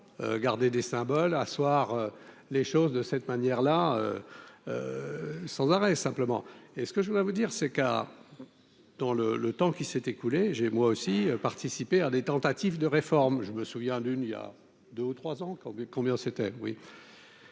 garder des symboles asseoir les choses de cette manière-là sans arrêt simplement et ce que je voudrais vous dire, c'est dans le le temps qui s'est écoulé, j'ai moi aussi participer à des tentatives de réformes, je me souviens d'une il y a 2 ou 3 ans, qui ont vu combien c'était